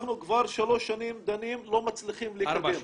אנחנו כבר שלוש שנים דנים, לא מצליחים להתקדם.